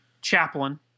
Chaplain